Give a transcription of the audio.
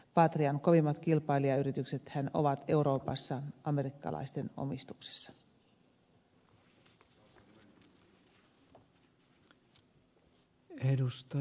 patrian kovimmat kilpailijayrityksethän ovat euroopassa amerikkalaisten omistuksessa